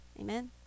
Amen